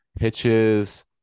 hitches